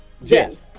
Yes